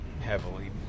heavily